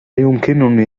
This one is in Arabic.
يمكنني